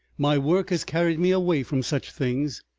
my work has carried me away from such things,